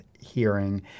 hearing